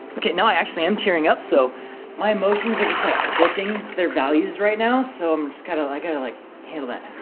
okay now i actually i'm tearing up so my emotions are just like clipping their values right now so i'm just kind of i gotta like handle that